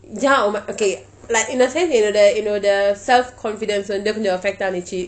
ya oh my okay like in a sense என்னோட என்னோட:ennoda ennoda self confidence வந்து கொஞ்சம்:vanthu konjam affect ஆனச்சு:aanachu